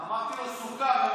אמרתי לו סוכר.